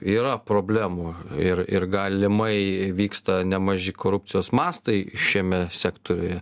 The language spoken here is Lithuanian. yra problemų ir ir galimai vyksta nemaži korupcijos mastai šiame sektoriuje